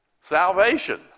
Salvation